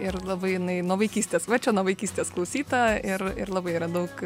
ir labai jinai nuo vaikystės va čia nuo vaikystės klausyta ir ir labai yra daug